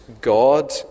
God